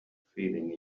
feeling